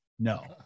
No